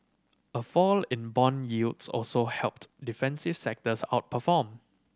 a fall in bond yields also helped defensive sectors outperform